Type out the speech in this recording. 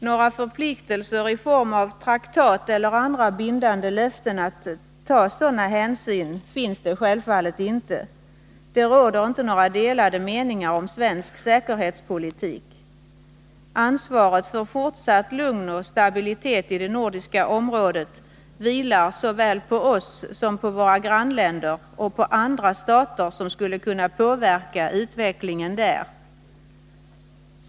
Några förpliktelser i form av traktater eller andra bindande löften att ta sådana hänsyn finns självfallet inte. Det råder inte några delade meningar om svensk säkerhetspolitik. Ansvaret för fortsatt lugn och stabilitet i det nordiska området vilar såväl på oss som på våra grannländer och på andra stater som skulle kunna påverka utvecklingen där.